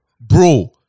bro